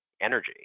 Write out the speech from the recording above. energy